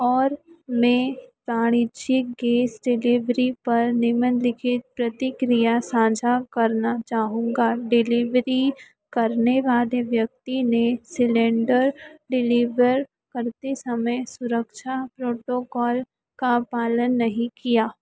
और मैं साढ़े छः गैस से डिलेभरी पर निम्नलिखित प्रतिक्रिया साझा करना चाहूँगा डिलेबरी करने वाले व्यक्ति ने सिलेण्डर डिलिबर करते समय सुरक्षा प्रोटोकॉल का पालन नहीं किया